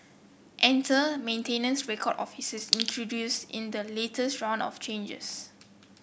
enter maintenance record officers introduced in the latest round of changes